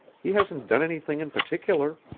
he hasn't done anything in particular.